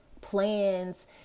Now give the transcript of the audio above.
plans